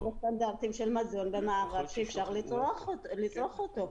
בסטנדרטים של מזון במערב שאפשר לצרוך אותו.